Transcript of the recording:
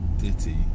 ditty